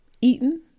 eaten